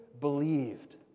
believed